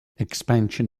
expansion